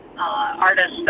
artists